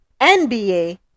NBA